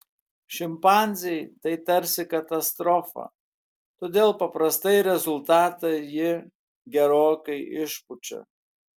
šimpanzei tai tarsi katastrofa todėl paprastai rezultatą ji gerokai išpučia